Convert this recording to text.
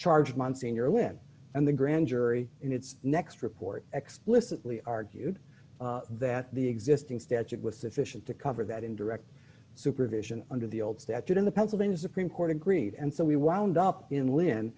charge monsignor irwin and the grand jury in its next report explicitly argued that the existing statute with sufficient to cover that in direct supervision under the old statute in the pennsylvania supreme court agreed and so we wound up in lynn